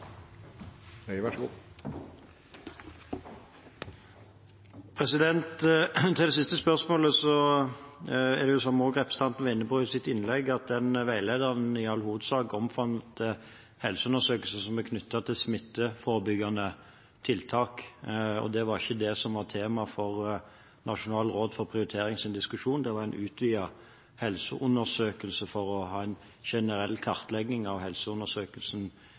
det slik at den veilederen i all hovedsak omfatter helseundersøkelser som er knyttet til smitteforebyggende tiltak, og det var ikke det som var temaet for diskusjonen til Nasjonalt råd for prioritering. Det var en utvidet helseundersøkelse for å ha en generell kartlegging av helseundersøkelsen